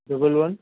double one